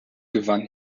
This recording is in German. gewann